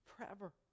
forever